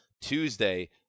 Tuesday